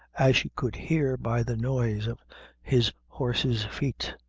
as she could hear by the noise of his horse's feet.